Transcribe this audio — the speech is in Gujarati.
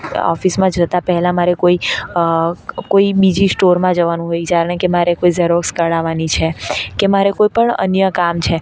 ઓફિસમાં જતાં પહેલાં મારે કોઈ કોઈ બીજી સ્ટોરમાં જવાનું હોય જાણે કે મારે કોઈ ઝેરોક્ષ કઢાવવાની છે કે મારે કોઈ પણ અન્ય કામ છે